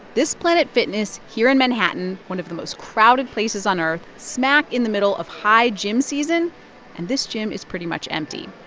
this planet fitness here in manhattan one of the most crowded places on earth, smack in the middle of high gym season and this gym is pretty much empty.